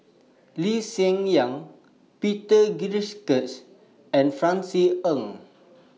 Lee Hsien Yang Peter Gilchrist and Francis Ng